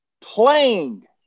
Playing